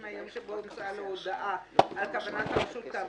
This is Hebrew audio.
מהיום שבו הומצאה לו הודעה על כוונת הרשות כאמור,